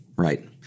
Right